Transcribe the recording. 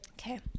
Okay